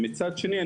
מצד שני,